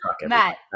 Matt